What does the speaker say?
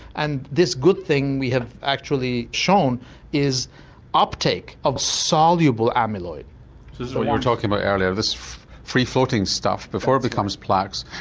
and this good thing we have actually shown is uptake of soluble amyloid. this is what you were talking about earlier, this free-floating stuff before it becomes plaques,